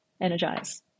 energize